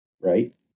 Right